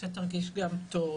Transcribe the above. כדי שתרגיש גם טוב,